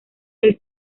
del